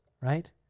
right